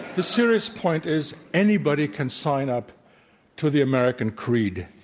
the serious point is anybody can sign up to the american creed.